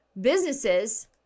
businesses